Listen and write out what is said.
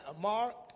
Mark